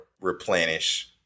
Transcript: Replenish